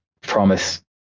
promise